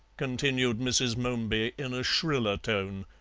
continued mrs. momeby in a shriller tone.